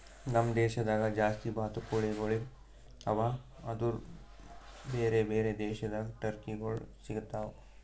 ನಮ್ ದೇಶದಾಗ್ ಜಾಸ್ತಿ ಬಾತುಕೋಳಿಗೊಳ್ ಅವಾ ಆದುರ್ ಬೇರೆ ಬೇರೆ ದೇಶದಾಗ್ ಟರ್ಕಿಗೊಳ್ ಸಿಗತಾವ್